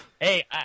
Hey